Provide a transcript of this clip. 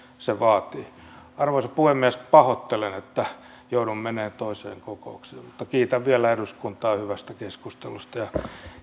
se vaatii arvoisa puhemies pahoittelen että joudun menemään toiseen kokoukseen mutta kiitän vielä eduskuntaa hyvästä keskustelusta ja